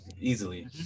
easily